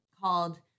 called